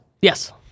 Yes